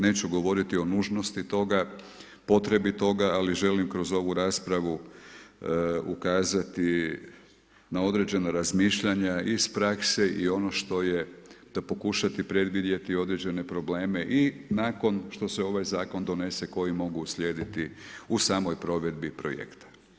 Neću govoriti o nužnosti toga potrebitoga, ali želim kroz ovu raspravu zakazati na određena razmišljanja iz prakse i ono što je, da pokušati predvidjeti određene probleme i nakon što se ovaj zakon donese koji mogu uslijediti u samoj provedbi projekta.